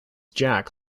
jack